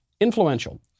Influential